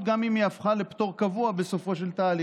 גם אם היא הפכה לפטור קבוע בסופו של תהליך".